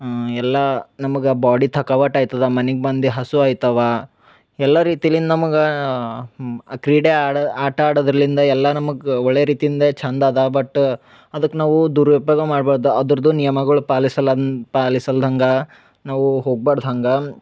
ಹ್ಞೂ ಎಲ್ಲ ನಮ್ಗೆ ಬಾಡಿ ಥಕಾವಟ್ ಆಗ್ತದ ಮನಿಗೆ ಬಂದು ಹಸುವ್ ಆಗ್ತವ ಎಲ್ಲ ರೀತಿಲಿ ನಮ್ಗೆ ಕ್ರೀಡೆ ಆಡ ಆಟ ಆಡೋದರ್ಲಿಂದ ಎಲ್ಲ ನಮಗೆ ಒಳ್ಳೆಯ ರೀತಿಂದ ಚಂದ ಅದ ಬಟ್ ಅದಕ್ಕೆ ನಾವು ದುರುಪಯೋಗ ಮಾಡಬಾರ್ದು ಅದರ್ದು ನಿಯಮಗಳು ಪಾಲಿಸಲನ್ ಪಾಲಿಸಲ್ದಂಗೆ ನಾವು ಹೋಗ್ಬಾರ್ದ್ ಹಂಗೆ